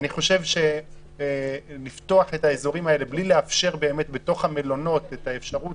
אני חושב שפתיחה של האזורים האלה בלי לאפשר במלונות את האפשרות